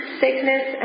sickness